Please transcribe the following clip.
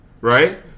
right